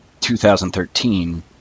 2013